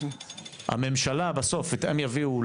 הממשלה בסוף הם יביאו,